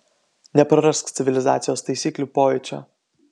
neprarask civilizacijos taisyklių pojūčio